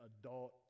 adult